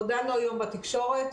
הודענו היום בתקשורת,